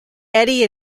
edie